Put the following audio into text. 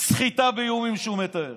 סחיטה באיומים שהוא מתאר?